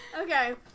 Okay